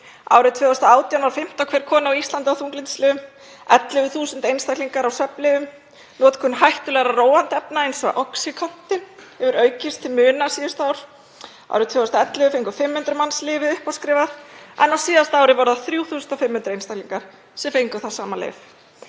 Árið 2018 var fimmta hver kona á Íslandi á þunglyndislyfjum, 11.000 einstaklingar á svefnlyfjum og notkun hættulegra róandi efna eins og Oxycontin hefur aukist til muna síðustu ár. Árið 2011 fengu 500 manns lyfið uppáskrifað en á síðasta ári voru það 3.500 einstaklingar sem fengu það sama lyf.